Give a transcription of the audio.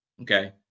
okay